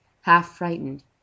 half-frightened